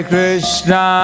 Krishna